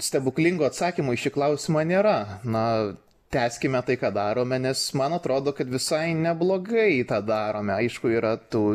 stebuklingo atsakymo į šį klausimą nėra na tęskime tai ką darome nes man atrodo kad visai neblogai tą darome aišku yra tų